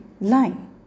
line